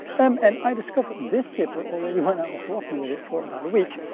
um and i discovered this zipper already when i was walking with it for about a week,